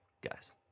guys